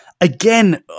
again